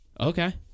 Okay